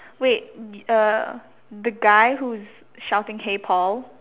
wait uh the guy who's shouting hey Paul